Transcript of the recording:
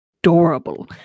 adorable